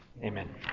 Amen